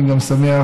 אני גם שמח,